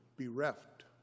bereft